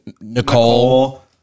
Nicole